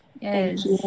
Yes